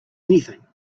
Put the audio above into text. anything